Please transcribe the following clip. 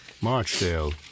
Marchdale